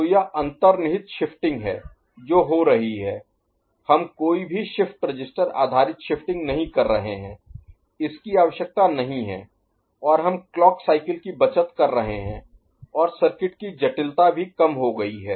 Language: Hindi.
तो यह अंतर्निहित शिफ्टिंग है जो हो रही है हम कोई भी शिफ्ट रजिस्टर आधारित शिफ्टिंग नहीं कर रहे हैं इसकी आवश्यकता नहीं है और हम क्लॉक साइकिल की बचत कर रहे हैं और सर्किट की जटिलता भी कम हो गई है